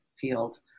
field